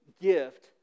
gift